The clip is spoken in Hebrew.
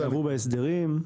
עברו בהסדרים.